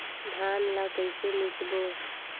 धान ला कइसे मिसबो?